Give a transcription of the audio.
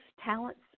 talents